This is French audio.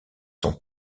son